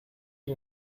die